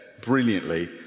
brilliantly